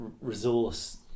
resource